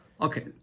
Okay